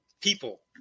people